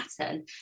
pattern